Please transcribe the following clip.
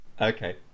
Okay